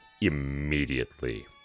immediately